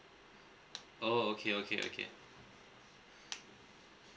oh okay okay okay